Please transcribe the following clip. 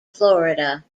florida